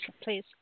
please